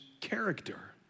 character